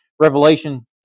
Revelation